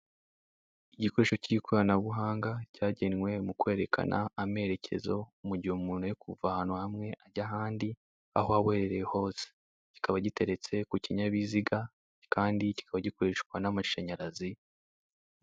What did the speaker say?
Igikoresho cy'ikoranabuhanga cyagenwe mu kwerekana amerekezo mu gihe umuntu ari kuva ahantu hamwe ajya ahandi aho waba uherereye hose. Kikaba giteretse kukinyabiziga kandi kikaba gikoreshwa n'amashanyarazi.